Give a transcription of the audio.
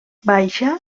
baixa